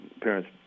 parents